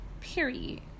Period